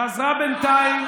חזרה בינתיים.